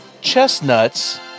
chestnuts